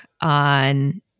on